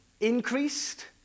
increased